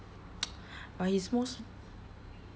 but he's most